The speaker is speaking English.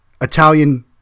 Italian